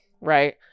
Right